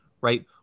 right